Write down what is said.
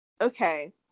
Okay